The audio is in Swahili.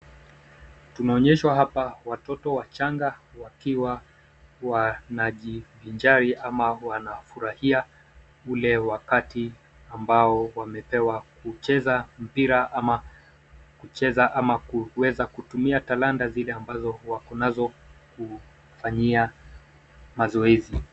Tunaonyeshwa hapa watoto wachanga wakiwa wanajivinjari ama wanafurahia ule wakati ambao wamepewa kucheza mpira ama kuweza kutumia talanta zile ambazo wakonazo kufanyia mazoezi.